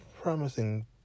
promising